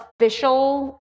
official